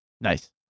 Nice